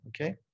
okay